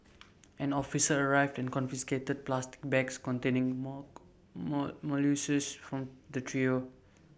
an officer arrived and confiscated bags containing more molluscs from the trio